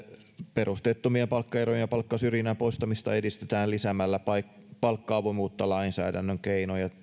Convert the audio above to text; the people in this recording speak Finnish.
perusteettomien palkkaerojen ja palkkasyrjinnän poistamista edistetään lisäämällä palkka avoimuutta lainsäädännön keinoin ja